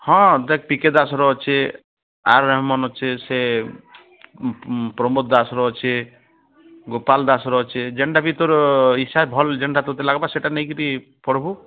ହଁ P K ଦାସର ଅଛି ଆର୍ ରେହେମାନ୍ ଅଛେ ସେ ପ୍ରମୋଦ ଦାସର ଅଛି ଗୋପାଳ ଦାସର ଅଛି ଜେନ୍ଟା ବି ତୋର ଭଲ ଲାଗ୍ବା ସେଇଟା ନେଇକିରି ପଢ଼ିବୁ